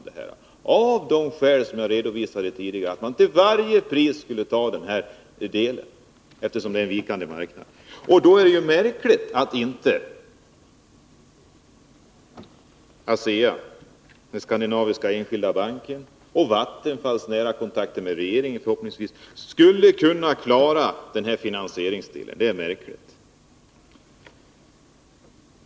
Det gjorde man av det skäl som jag redovisat tidigare, att man till varje pris skulle ta den här delen, eftersom det är en vikande marknad. Då är det märkligt att inte ASEA, med Skandinaviska Enskilda Banken, och Vattenfall, som förhoppningsvis har nära kontakter med regeringen, skulle kunna klara finansieringsdelen. Det är märkligt.